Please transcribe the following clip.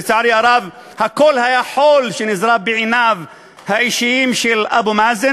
לצערי הרב הכול היה חול שנזרה בעיניו האישיות של אבו מאזן,